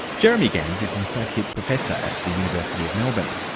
jeremy gans is an associate professor at the university of melbourne.